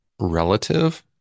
relative